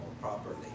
properly